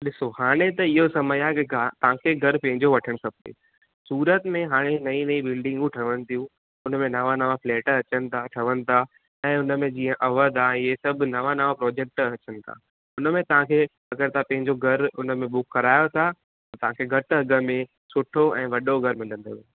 ॾिसो हाणे त इहो समय आहे कि तव्हां खे घरि पंहिंजो वठणु खपे सूरत में हाणे नई नई बिल्डिंगूं ठहनि पियूं हुन में नवां नवां फ़्लेट अचनि था ठवनि था ऐं उन में जीअं अवध आहे इहे सभु नवां नवां प्रॉजेक्ट अचनि था उनमें तव्हां खे अगरि तव्हां पंहिंजो घरि उन में बुक करायो था त तव्हां खे घटि अघु में सुठो ऐं वॾो घरि मिलंदव